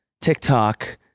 TikTok